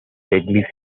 deadly